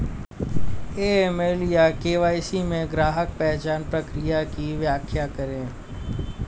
AML या KYC में ग्राहक पहचान प्रक्रिया की व्याख्या करें?